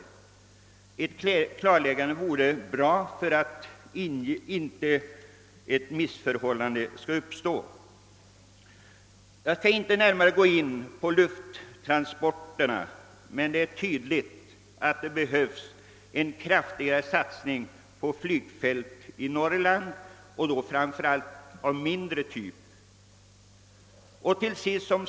Det vore bra med ett klarläggande, så att inga missförstånd uppstår. Jag skall inte närmare gå in på frågan om lufttransporterna, men det är tydligt att det behövs en kraftigare satsning på flygfält i Norrland och då framför allt på fält av mindre typ.